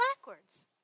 backwards